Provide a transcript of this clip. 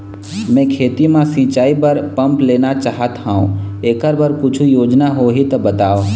मैं खेती म सिचाई बर पंप लेना चाहत हाव, एकर बर कुछू योजना होही त बताव?